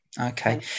okay